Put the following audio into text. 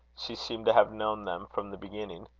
she seemed to have known them from the beginning.